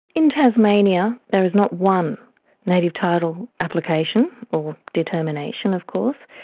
in tasmania there is not one native title application or determination of course.